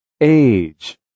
Age